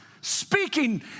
speaking